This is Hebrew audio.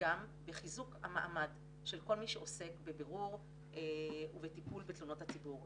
גם בחיזוק המעמד של כל מי שעוסק בבירור ובטיפול בתלונות הציבור,